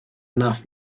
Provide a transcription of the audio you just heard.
enough